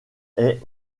ait